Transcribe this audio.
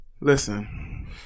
Listen